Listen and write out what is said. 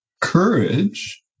courage